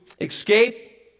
escape